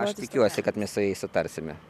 aš tikiuosi kad mes su jais sutarsime